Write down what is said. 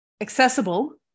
accessible